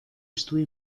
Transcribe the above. estuvo